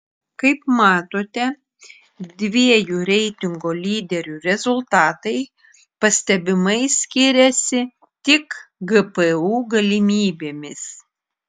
kaip matote dviejų reitingo lyderių rezultatai pastebimai skiriasi tik gpu galimybėmis